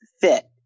fit